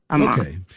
Okay